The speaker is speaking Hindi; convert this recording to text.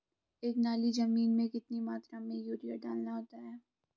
एक नाली जमीन में कितनी मात्रा में यूरिया डालना होता है?